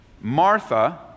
Martha